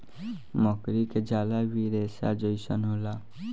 मकड़ी के जाला भी रेसा जइसन होला